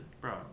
Bro